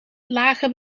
lage